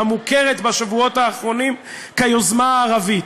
המוכרת בשבועות האחרונים כיוזמה הערבית.